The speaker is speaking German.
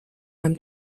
beim